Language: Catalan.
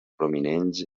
prominents